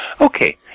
Okay